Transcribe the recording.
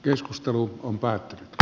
keskustelu on pääät